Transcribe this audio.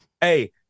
Hey